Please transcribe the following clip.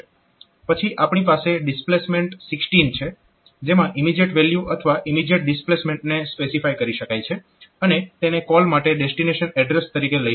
પછી આપણી પાસે ડિસ્પ્લેસમેન્ટ 16 છે જેમાં ઇમીજીએટ વેલ્યુ અથવા ઇમીજીએટ ડિસ્પ્લેસમેન્ટને સ્પેસિફાય કરી શકાય છે અને તેને કોલ માટે ડેસ્ટીનેશન એડ્રેસ તરીકે લઈ શકાય છે